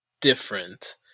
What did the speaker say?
different